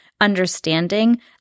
understanding